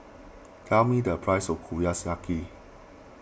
tell me the price of